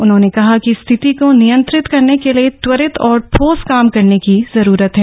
उन्होंने कहा कि स्थिति को नियंत्रित करने के लिए त्वरित और ठोस काम करने की जरूरत है